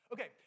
Okay